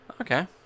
Okay